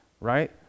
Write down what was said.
right